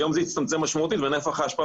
היום זה הצטמצם משמעותית ונפח האשפה